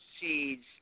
seeds